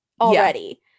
already